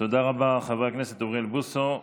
תודה רבה, חבר הכנסת אוריאל בוסו.